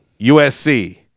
USC